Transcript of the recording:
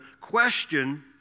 question